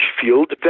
field